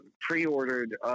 pre-ordered